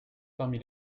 parmi